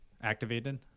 activated